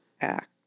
act